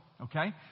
Okay